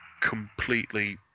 completely